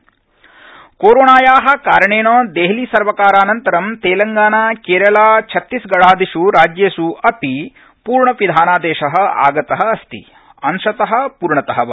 पूर्णपिधानानि कोराणाया कारणेन देहलीसर्वकारानन्तरं तेलंगाना केरला छत्तीसगढादिष् राज्येष् अपि पूर्णपिधानादेश आगत अस्ति अंशत पूर्णत वा